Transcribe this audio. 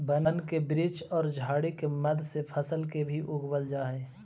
वन के वृक्ष औउर झाड़ि के मध्य से फसल के भी उगवल जा हई